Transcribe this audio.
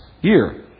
year